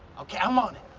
okay, i'm on it.